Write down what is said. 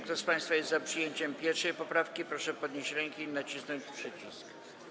Kto z państwa jest za przyjęciem 1. poprawki, proszę podnieść rękę i nacisnąć przycisk.